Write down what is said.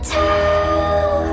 tell